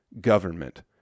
government